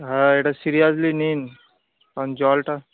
হ্যাঁ এটা সিরিয়াসলি নিন কারণ জলটা